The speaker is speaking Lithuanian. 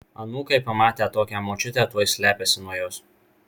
anūkai pamatę tokią močiutę tuoj slepiasi nuo jos